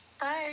Bye